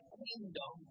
kingdom